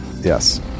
Yes